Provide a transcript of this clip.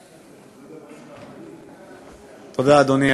תודה, אדוני.